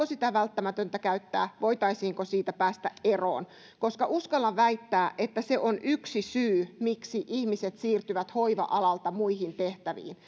sitä välttämätöntä käyttää ja voitaisiinko siitä päästä eroon koska uskallan väittää että se on yksi syy miksi ihmiset siirtyvät hoiva alalta muihin tehtäviin